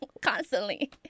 constantly